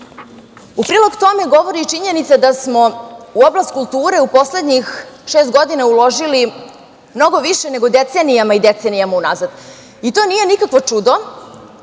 prilog tome, govori i činjenica da smo u oblast kulture u poslednjih šest godina uložili mnogo više nego decenijama i decenijama unazad. To nije nikakvo čudo,